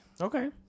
Okay